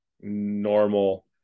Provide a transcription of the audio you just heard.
normal